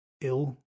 ill